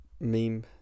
meme